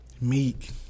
meek